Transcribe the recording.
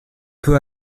peu